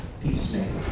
peacemaker